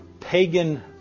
pagan